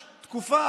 תקשיב,